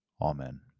Amen